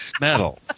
metal